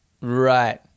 Right